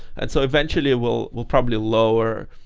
and so eventually, we'll we'll probably lower,